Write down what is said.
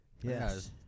Yes